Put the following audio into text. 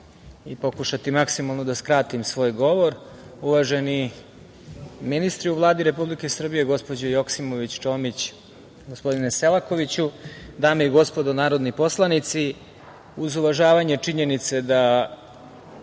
i pokušati maksimalno da skratim svoj govor. Uvaženi ministri u Vladi Republike Srbije, gospođo Joksimović, Čomić, gospodine Selakoviću, dame i gospodo narodni poslanici, uz uvažavanje činjenice da